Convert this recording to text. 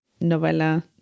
novella